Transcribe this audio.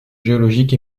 géologiques